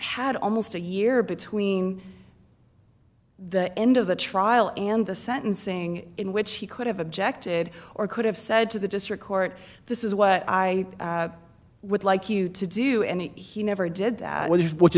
had almost a year between the end of the trial and the sentencing in which he could have objected or could have said to the district court this is what i would like you to do and he never did that which